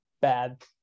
bad